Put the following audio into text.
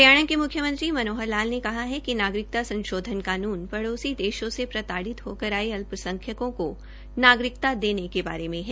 हरियाणा के मुख्यमंत्री मनोहर लाल ने कहा है कि नागरिकता संशोधन कान्न पड़ोसी देशों से प्रताड़ित होकर आये अल्संख्यकों को नागरिकता देने के बारे में है